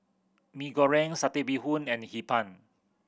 Mee Goreng Satay Bee Hoon and Hee Pan